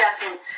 second